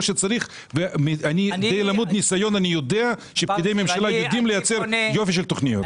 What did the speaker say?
אני יודע שפקידי ממשלה יודעים לייצר יופי של תכניות.